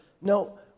No